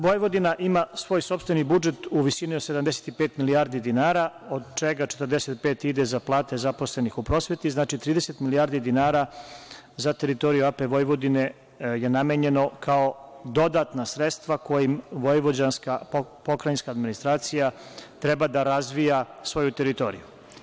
Vojvodina ima svoj sopstveni budžet u visini od 75 milijardi dinara, od čega 45 ide za plate zaposlenih i prosveti, znači 30 milijardi dinara za teritoriju AP Vojvodinu, je namenjeno kao dodatna sredstva kojim Vojvođanska pokrajinska administracija treba da razvija svoju teritoriju.